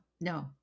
no